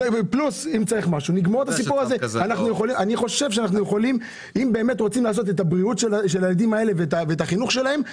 אם רוצים לדאוג לבריאות הילדים האלה ולחינוך שלהם,